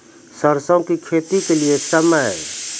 सरसों की खेती के लिए समय?